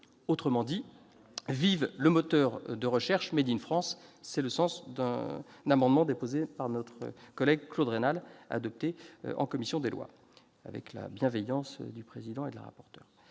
Autrement dit, vive le moteur de recherche ! Tel est le sens d'un amendement déposé par notre collègue Claude Raynal, adopté par la commission des lois avec la bienveillance de son président et de sa rapporteur.